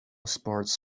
sports